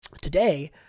today